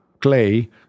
clay